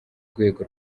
rwego